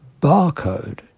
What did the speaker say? barcode